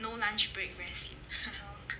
no lunch break very sian